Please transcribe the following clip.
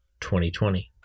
2020